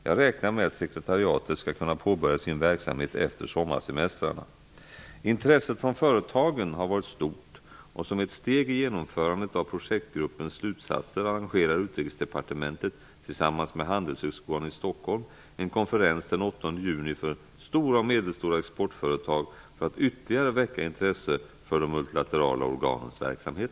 Jag räknar med att sekretariatet skall kunna påbörja sin verksamhet efter sommarsemestrarna. Intresset från företagen har varit stort, och som ett steg i genomförandet av projektgruppens slutsatser arrangerar Utrikesdepartementet tillsammans med juni för stora och medelstora exportföretag för att ytterligare väcka intresse för de multilaterala organens verksamhet.